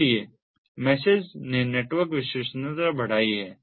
इसलिए मैशज ने नेटवर्क विश्वसनीयता बढ़ाई है